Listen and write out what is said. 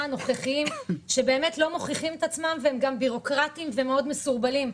הנוכחיים שבאמת לא מוכיחים את עצמם והם בירוקרטיים ומאוד מסורבלים.